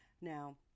Now